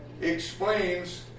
explains